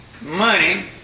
money